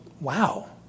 wow